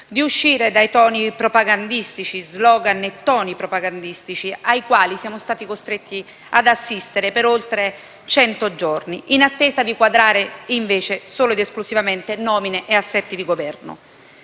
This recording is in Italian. di uscire dagli *slogan* e dai toni propagandistici ai quali siamo stati costretti ad assistere per oltre cento giorni, in attesa di quadrare, invece, solo ed esclusivamente nomine e assetti di Governo.